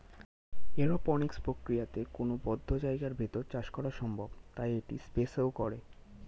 aeroponics প্রক্রিয়াতে কোনো বদ্ধ জায়গার ভেতর চাষ করা সম্ভব তাই এটি স্পেসেও করে